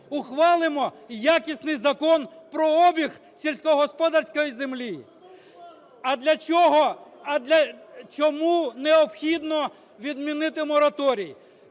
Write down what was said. ухвалимо якісний Закон про обіг сільськогосподарської землі. А для чого… А чому необхідно відмінити мораторій?